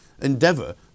endeavour